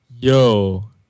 Yo